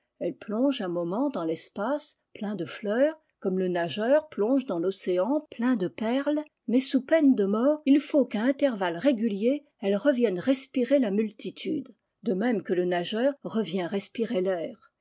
elle plonge un moment dans l'espace plein de fleurs comme le nageur plonge dans l'océan plein de perles mais sous peine de mort il faut qu'à intervalles réguliers elle revienne respirer la multitude de même que le nageur revient respirer l'air